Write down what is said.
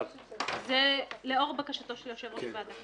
לאור בקשת יושב-ראש הוועדה.